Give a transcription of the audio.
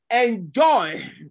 enjoy